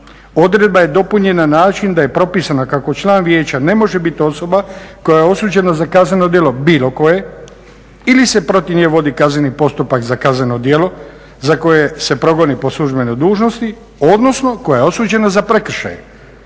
Odredba je dopunjena na način da je propisana kako član vijeća ne može biti osoba koja je osuđena za kazneno djelo bilo koje ili se protiv nje vodi kazneni postupak za kazneno djelo za koje se progoni po službenoj dužnosti odnosno koja je osuđena za prekršaje